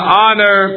honor